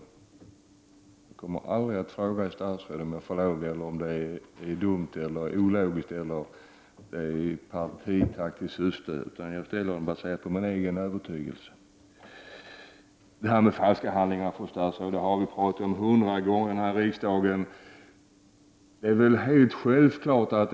Jag kommer aldrig att fråga ett statsråd om lov, om det är dumt, ologiskt eller partitaktiskt olämpligt. Jag ställer frågor på grundval av min egen övertygelse. Det här med falska handlingar, fru statsråd, har vi talat om hundra gånger i riksdagen.